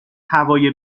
هوای